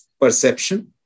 perception